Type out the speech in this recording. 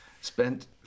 spent